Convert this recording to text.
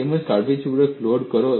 તેને કાળજીપૂર્વક લોડ કરો